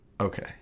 Okay